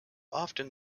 often